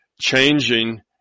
changing